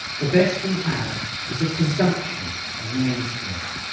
the best we have is a presumption of mainstream.